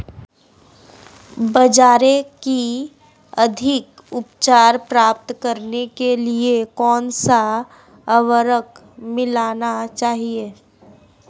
बाजरे की अधिक उपज प्राप्त करने के लिए कौनसा उर्वरक मिलाना चाहिए?